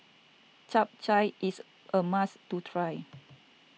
Chap Chai is a must to try